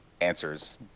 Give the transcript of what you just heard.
answers